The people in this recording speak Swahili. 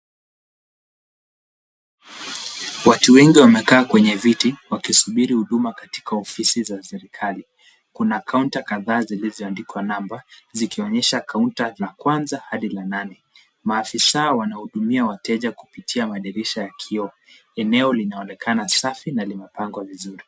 Watu wengi wamekaa kwenye viti wakisubiri huduma katika ofisi za serikali. Kuna kaunta kadhaa zilizoandikwa namba, zikionyesha kaunta la kwanza hadi la nane. Maafisa wanahudumia wateja kupitia madirisha ya kioo. Eneo linaonekana safi na limepangwa vizuri.